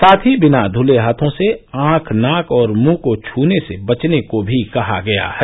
साथ ही बिना धुले हाथों से आंख नाक और मुंह को छूने से बचने को भी कहा गया है